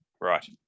Right